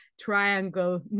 triangle